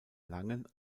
langen